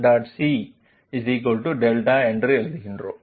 c δ என்று எழுதுகிறோம்